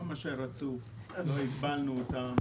כמה שרצו; לא הגבלנו אותם.